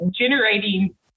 generating